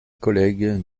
collègue